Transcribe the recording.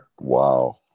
wow